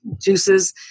juices